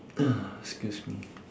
excuse me